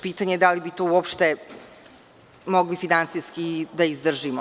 Pitanje da li bi to uopšte mogli finansijski da izdržimo.